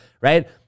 right